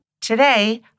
Today